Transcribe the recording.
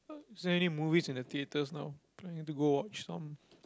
is there any movies in the theatres now I wanna go and watch some